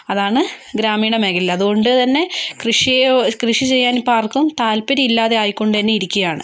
അതാണ് ഗ്രാമീണ മേഖല അതുകൊണ്ടുതന്നെ കൃഷിയെ കൃഷി ചെയ്യാൻ ഇപ്പോൾ ആർക്കും താല്പര്യമില്ലാതെ ആയികൊണ്ടുതന്നെ ഇരിക്കുകയാണ്